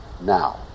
now